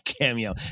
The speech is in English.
cameo